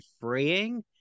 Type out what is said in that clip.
freeing